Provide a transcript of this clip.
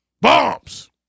Bombs